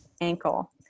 ankle